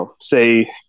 say